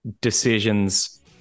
decisions